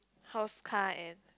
house car and